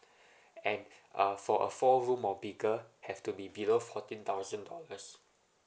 and uh for a four room or bigger have to be below fourteen thousand dollars